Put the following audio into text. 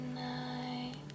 night